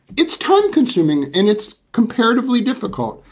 it's time consuming and it's comparatively difficult.